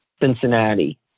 Cincinnati